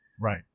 Right